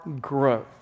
growth